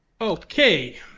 Okay